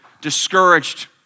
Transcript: discouraged